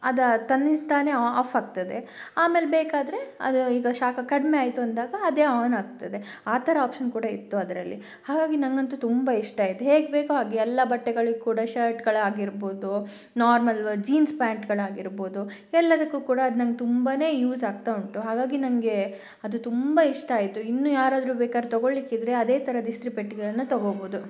ಅದು ತನ್ನಿಂತಾನೆ ಆಫ್ ಆಗ್ತದೆ ಆಮೇಲೆ ಬೇಕಾದರೆ ಅದು ಈಗ ಶಾಖ ಕಡಿಮೆ ಆಯಿತು ಅಂದಾಗ ಅದೇ ಆನ್ ಆಗ್ತದೆ ಆ ಥರ ಆಪ್ಶನ್ ಕೂಡ ಇತ್ತು ಅದರಲ್ಲಿ ಹಾಗಾಗಿ ನನಗಂತೂ ತುಂಬ ಇಷ್ಟ ಆಯಿತು ಹೇಗೆ ಬೇಕು ಹಾಗೆ ಎಲ್ಲ ಬಟ್ಟೆಗಳಿಗೂ ಕೂಡ ಶರ್ಟುಗಳು ಆಗಿರ್ಬೌದು ನಾರ್ಮಲ್ ಜೀನ್ಸ್ ಪ್ಯಾಂಟ್ಗಳಾಗಿರ್ಬೌದು ಎಲ್ಲದಕ್ಕೂ ಕೂಡ ಅದು ನನಗೆ ತುಂಬಾ ಯೂಸ್ ಆಗ್ತಾ ಉಂಟು ಹಾಗಾಗಿ ನನಗೆ ಅದು ತುಂಬ ಇಷ್ಟ ಆಯಿತು ಇನ್ನು ಯಾರಾದ್ರೂ ಬೇಕಾದರೆ ತಗೊಳಿಕ್ಕೆ ಇದ್ದರೆ ಅದೇ ಥರದ ಇಸ್ತ್ರಿಪೆಟ್ಟಿಗೆಯನ್ನು ತಗೋಬೌದು